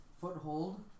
foothold